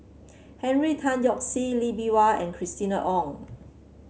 Henry Tan Yoke See Lee Bee Wah and Christina Ong